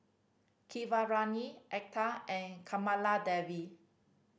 Keeravani Atal and Kamaladevi